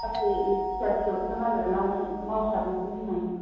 साख्रि फिसा फिसौखौनो नागिरनानै मावसाबनोसै होननानै